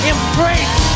Embrace